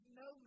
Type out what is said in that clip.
no